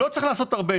לא צריך לעשות הרבה.